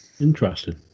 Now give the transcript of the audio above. Interesting